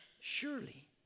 Surely